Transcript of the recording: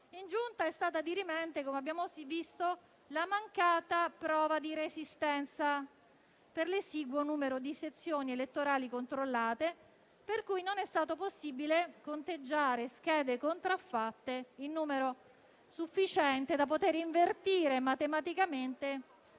in Giunta è stata dirimente la mancata prova di resistenza per l'esiguo numero di sezioni elettorali controllate, per cui non è stato possibile conteggiare schede contraffatte in numero sufficiente da poter invertire matematicamente